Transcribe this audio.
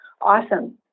awesome